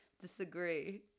disagree